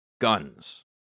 guns